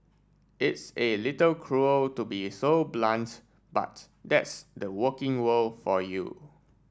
it's a little cruel to be so blunt but that's the working world for you